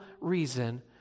reason